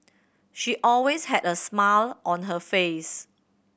she always had a smile on her face